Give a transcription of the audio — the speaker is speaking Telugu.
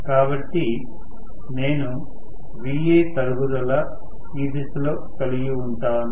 కాబట్టి నేను Va తరుగుదల ఈ దిశలో కలిగివుంటాను